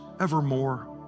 evermore